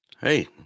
Hey